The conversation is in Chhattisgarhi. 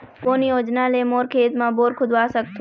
कोन योजना ले मोर खेत मा बोर खुदवा सकथों?